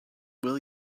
will